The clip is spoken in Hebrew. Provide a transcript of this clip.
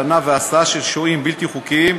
הלנה והסעה של שוהים בלתי חוקיים,